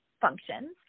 functions